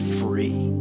free